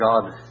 god